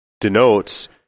denotes